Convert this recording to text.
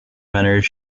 runners